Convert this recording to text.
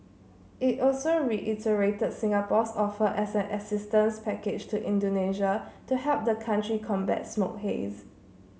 it also reiterated Singapore's offer of an assistance package to Indonesia to help the country combat smoke haze